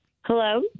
hello